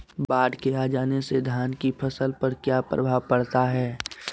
बाढ़ के आ जाने से धान की फसल पर किया प्रभाव पड़ता है?